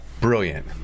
brilliant